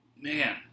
man